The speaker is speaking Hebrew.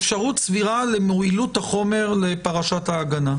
אפשרות סבירה למועילות החומר לפרשת ההגנה.